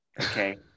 okay